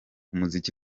muzika